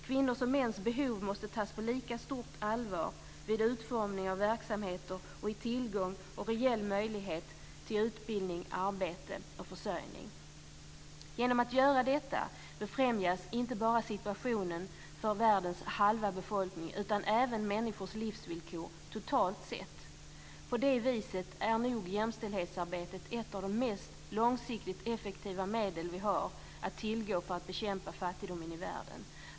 Kvinnors och mäns behov måste tas på lika stort allvar vid utformning av verksamheter och i tillgång till och reell möjlighet till utbildning, arbete och försörjning. Genom att göra detta befrämjas inte bara situationen för världens halva befolkning utan även människors livsvillkor totalt sett. På det viset är nog jämställdhetsarbetet ett av de mest långsiktigt effektiva medel vi har att tillgå för att bekämpa fattigdomen i världen.